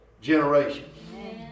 generations